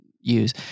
use